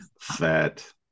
fat